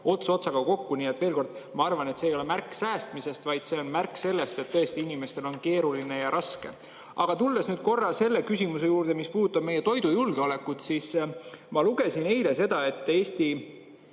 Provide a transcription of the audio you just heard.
ots otsaga kokku. Nii et veel kord: ma arvan, et see ei ole märk säästmisest, vaid see on märk sellest, et tõesti inimestel on keeruline ja raske. Aga tulles nüüd korra küsimuse juurde, mis puudutab meie toidujulgeolekut, siis ma lugesin eile seda, et Eesti